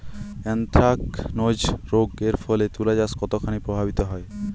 Anthracnose রোগ এর ফলে তুলাচাষ কতখানি প্রভাবিত হয়?